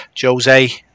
Jose